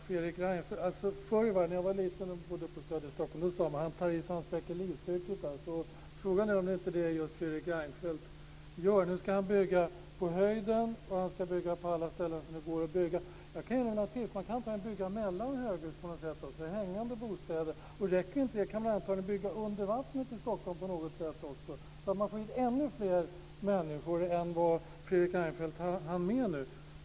Fru talman! När jag var liten och bodde på Söder i Stockholm sade man om någon: Han tar i så han spräcker livstycket. Och frågan är om det inte är just det Fredrik Reinfeldt gör. Nu ska han bygga på höjden, och han ska bygga på alla ställen som det går att bygga på. Jag kan ge honom några tips. Man kanske kan bygga mellan höghus också på något sätt, hängande bostäder. Och räcker inte det kan man antagligen bygga under vattnet i Stockholm på något sätt också så att man får in ännu fler människor än vad Fredrik Reinfeldt hann med nu.